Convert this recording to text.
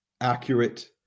accurate